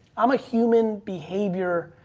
i'm a human behavior